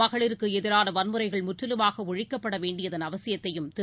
மகளிருக்குஎதிரானவன்முறைகள் முற்றிலுமாகஒழிக்கப்படவேண்டியதன் அவசியத்தையும் திரு